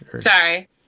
Sorry